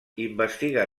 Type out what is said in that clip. investiga